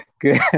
good